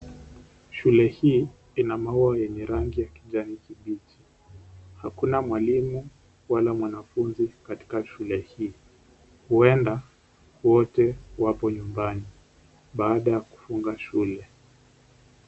Shule hii ina maua yenye rangi ya kijani kibichi, hakuna mwalimu wala mwanafunzi katika shule hii ,huenda wote wako nyumbani baada ya kufunga shule.